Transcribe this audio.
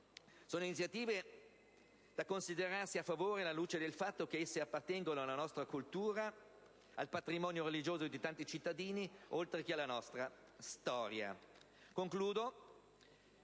Sono iniziative da considerarsi favorevolmente alla luce del fatto che appartengono alla nostra cultura, al patrimonio religioso di tanti cittadini oltre che alla nostra storia. Nella